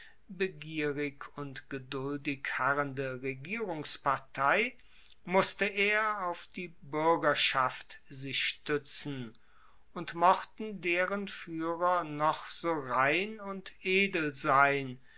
begierig und geduldig harrende regierungspartei musste er auf die buergerschaft sich stuetzen und mochten deren fuehrer noch so rein und edel sein